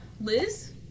Liz